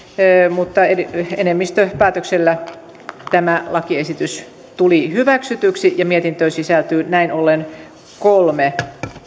mutta enemmistöpäätöksellä tämä lakiesitys tuli hyväksytyksi ja mietintöön sisältyy näin ollen kolme